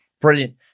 Brilliant